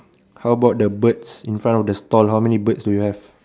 how about the birds in front of the stall how many birds do you have